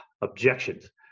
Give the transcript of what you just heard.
Objections